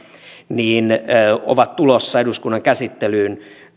ovat tulossa eduskunnan käsittelyyn